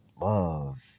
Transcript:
love